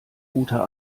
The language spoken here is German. guter